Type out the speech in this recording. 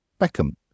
beckham